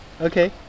Okay